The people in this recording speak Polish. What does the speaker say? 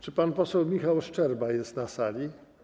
Czy pan poseł Michał Szczerba jest na sali?